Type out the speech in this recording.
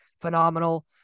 phenomenal